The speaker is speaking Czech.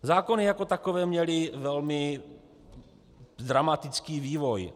Zákony jako takové měly velmi dramatický vývoj.